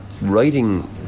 writing